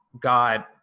god